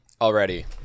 already